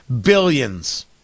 billions